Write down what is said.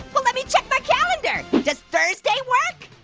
well let me check my calendar. does thursday work?